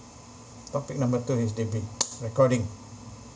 topic number two H_D_B recording